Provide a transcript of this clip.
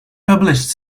published